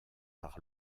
par